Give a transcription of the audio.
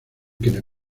quienes